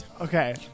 Okay